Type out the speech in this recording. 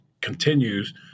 continues